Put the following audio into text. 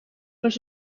was